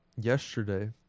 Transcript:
Yesterday